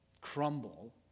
crumble